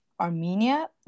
Armenia